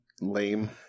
lame